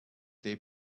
they